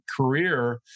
career